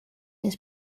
his